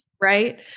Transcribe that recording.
right